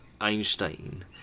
Einstein